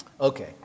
Okay